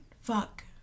Fuck